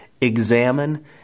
examine